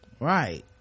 right